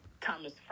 Thomas